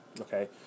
okay